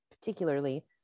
particularly